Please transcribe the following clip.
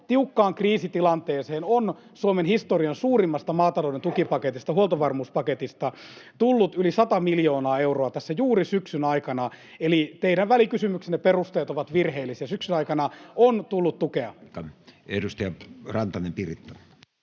tiukkaan kriisitilanteeseen on Suomen historian suurimmasta maatalouden tukipaketista, huoltovarmuuspaketista, tullut yli 100 miljoonaa euroa tässä juuri syksyn aikana. Eli teidän välikysymyksenne perusteet ovat virheellisiä, syksyn aikana on tullut tukea. [Speech 31] Speaker: